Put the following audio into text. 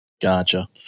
Gotcha